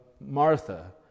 Martha